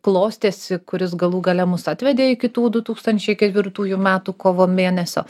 klostėsi kuris galų gale mus atvedė iki tų du tūkstančiai ketvirtųjų metų kovo mėnesio